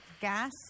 Gas